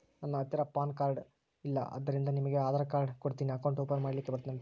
ನನ್ನ ಹತ್ತಿರ PAN card ಇಲ್ಲ ಆದ್ದರಿಂದ ನಿಮಗೆ ನನ್ನ ಆಧಾರ್ ಕಾರ್ಡ್ ಕೊಡ್ತೇನಿ ಅಕೌಂಟ್ ಓಪನ್ ಮಾಡ್ಲಿಕ್ಕೆ ನಡಿತದಾ?